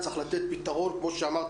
צריך לתת פתרון כמו שאמרת,